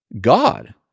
God